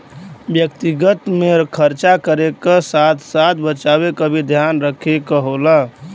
व्यक्तिगत में खरचा करे क साथ साथ बचावे क भी ध्यान रखे क होला